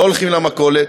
לא הולכים למכולת,